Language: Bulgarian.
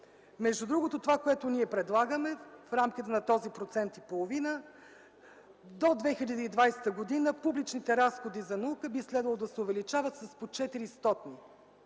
Между другото това, което ние предлагаме в рамките на този 1,5%, до 2020 г. публичните разходи за наука би следвало да се увеличават с по четири